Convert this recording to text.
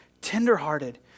tenderhearted